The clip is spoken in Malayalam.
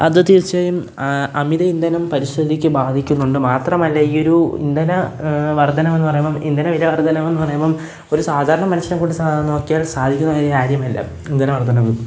അതു തീർച്ചയായും അമിത ഇന്ധനം പരിസ്ഥിതിക്ക് ബാധിക്കുന്നതു കൊണ്ട് മാത്രമല്ല ഈയൊരു ഇന്ധന വർദ്ധനവെന്നു പറയുമ്പം ഇന്ധന വില വർദ്ധനവെന്നു പറയുമ്പം ഒരു സാധാരാണ മനുഷ്യനെകൊണ്ട് സാ നോക്കിയാൽ സാധിക്കുന്ന ഒരു കാര്യമല്ല ഇന്ധന വർദ്ധനവ്